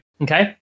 Okay